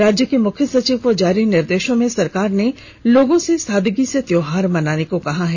राज्य के मुख्य सचिव को जारी निर्देशों में सरकार ने लोगों से सादगी से त्योहार मनाने को कहा है